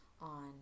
on